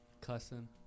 Cussing